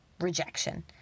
rejection